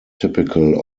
typical